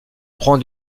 prend